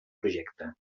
projecte